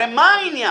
הרי מה העניין?